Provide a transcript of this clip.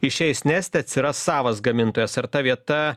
išeis nestė atsiras savas gamintojas ar ta vieta